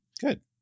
Good